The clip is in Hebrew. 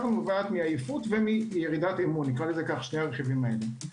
מעייפות ומירידה באמון שני הרכיבים הללו.